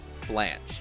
Blanche